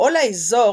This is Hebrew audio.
בבואו לאזור,